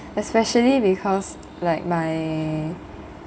especially because like my